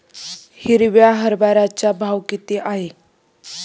हिरव्या हरभऱ्याचा भाव किती आहे?